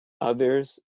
others